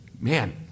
Man